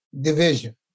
Division